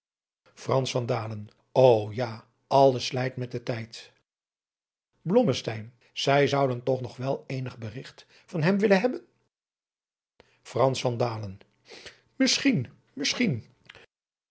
ja alles slijt met den tijd blommesteyn zij zouden toch nog wel eenig berigt van hem willen hebben frans van dalen misschien misschien